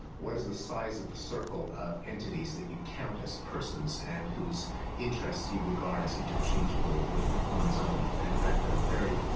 what is the size of the circle of entities that you count as persons and whose interests you regard as interchangeable with one's own? and, in fact, a very